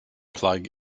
plug